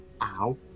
Ow